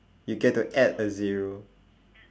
you get to add a zero